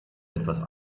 etwas